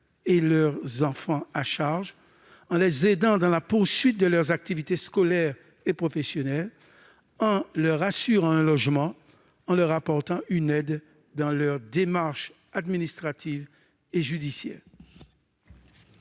et leurs enfants à charge, en les aidant dans la poursuite de leurs activités scolaires et professionnelles, en leur rassurant un logement et en leur apportant une aide dans leurs démarches administratives et judiciaires.